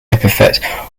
epithet